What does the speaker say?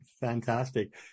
fantastic